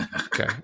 okay